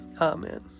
Amen